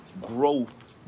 growth